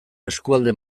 eskualde